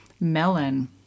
melon